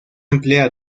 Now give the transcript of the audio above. emplea